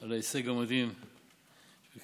על ההישג המדהים בכריתת